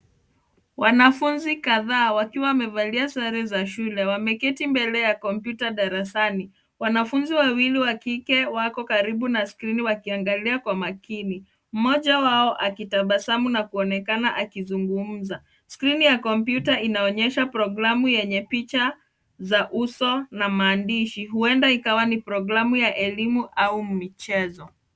Wanafunzi kadhaa wakiwa wamevalia sare za shule wameketi mbele ya kompyuta darasani. Wanafunzi wawili wa kike wako karibu na skrini wakiangalia kwa makini, mmoja wao akitabasamu na kuonekana akizungumza. Skrini ya kompyuta inoanyesha programu yenye picha za uso na maandishi, huenda ikawa ni programu ya elimu au michezo.